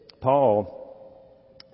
Paul